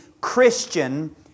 Christian